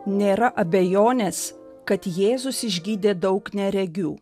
nėra abejonės kad jėzus išgydė daug neregių